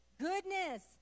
Goodness